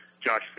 Josh